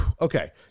okay